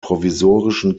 provisorischen